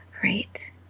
Great